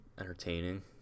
entertaining